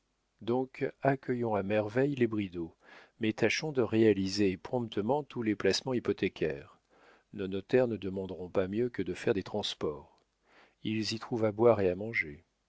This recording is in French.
donc accueillons à merveille les bridau mais tâchons de réaliser et promptement tous les placements hypothécaires nos notaires ne demanderont pas mieux que de faire des transports ils y trouvent à boire et à manger